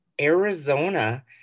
Arizona